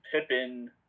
Pippin